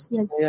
Yes